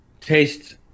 Taste